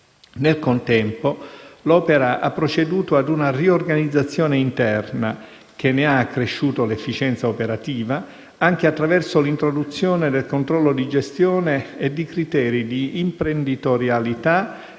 Nel contempo, l'Opera ha proceduto a una riorganizzazione interna che ne ha accresciuto l'efficienza operativa, anche attraverso l'introduzione del controllo di gestione e di criteri di imprenditorialità